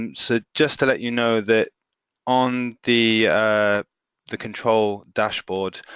and so just to let you know that on the ah the control dashboard,